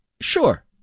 Sure